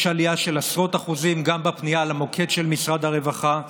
יש עלייה של עשרות אחוזים גם בפנייה למוקד של משרד הרווחה.